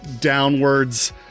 downwards